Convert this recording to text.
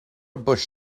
bush